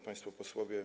Państwo Posłowie!